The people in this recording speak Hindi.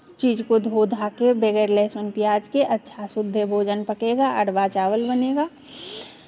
चीज़ को धो धा कर बगैर लहसुन प्याज के अच्छा शुद्ध भोजन पकेगा अरबा चावल बनेगा